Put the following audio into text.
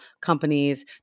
companies